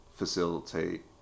Facilitate